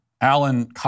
Alan